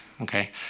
okay